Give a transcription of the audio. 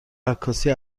عکاسی